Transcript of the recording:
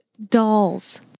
dolls